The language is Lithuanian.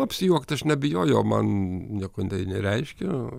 apsijuokt aš nebijojau man nieko nereiškia